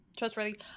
trustworthy